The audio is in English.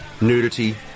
nudity